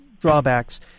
drawbacks